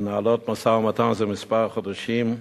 מנהלות משא-ומתן זה כמה חודשים,